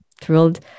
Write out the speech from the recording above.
thrilled